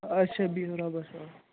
اچھا بِہِو رۄبَس حوال